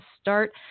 start